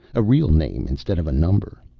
a real name instead of a number.